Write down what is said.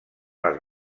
les